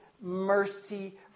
mercy